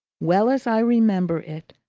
well as i remember it,